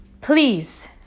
please